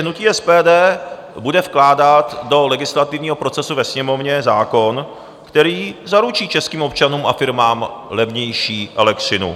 Hnutí SPD bude vkládat do legislativního procesu ve Sněmovně zákon, který zaručí českým občanům a firmám levnější elektřinu.